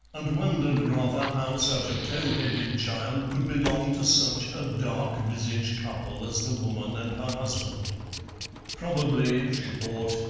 and wondered rather how such a towheaded child could belong to such a dark-visaged couple as the woman and her husband probably, she thought,